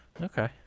Okay